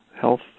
health